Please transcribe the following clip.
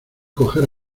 coger